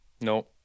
No